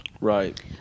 Right